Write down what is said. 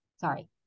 sorry